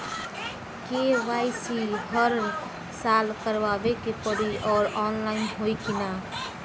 KYC हर साल करवावे के पड़ी और ऑनलाइन होई की ना?